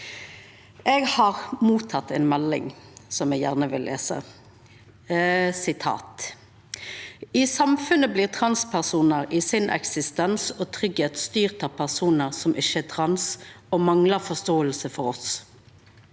Eg har fått ei melding som eg gjerne vil lesa: «I samfunnet blir transpersoner sin eksistens og trygghet styrt av personer som ikke er trans, og mangler forståelse på oss.